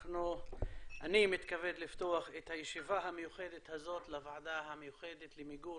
אני מתכבד לפתוח את הישיבה המיוחדת הזאת בוועדה המיוחדת למיגור